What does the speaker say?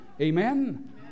Amen